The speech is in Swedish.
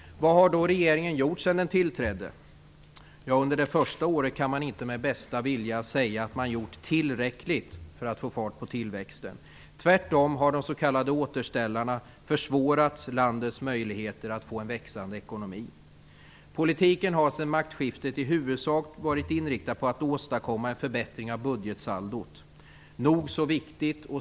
Vad har då regeringen gjort sedan den tillträdde? Ja, under det första året kan man inte med bästa vilja säga att man gjort tillräckligt för att få fart på tillväxten. Tvärtom har de s.k. återställarna försvårat landets möjligheter att få en växande ekonomi. Politiken har sedan maktskiftet i huvudsak varit inriktad på att åstadkomma en förbättring av budgetsaldot - nog så viktigt.